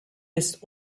des